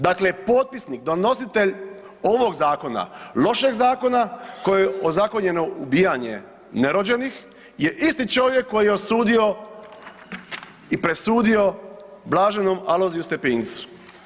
Dakle, potpisnik, donositelj ovog zakona lošeg zakona kojim je ozakonjeno ubijanje nerođenih je isti čovjek koji je osudio i presudio blaženom Alojziju Stepincu.